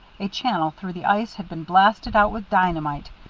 a channel through the ice had been blasted out with dynamite,